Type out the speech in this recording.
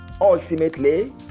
ultimately